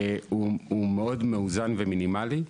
הוא מאוד מאוזן ומינימלי.